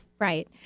Right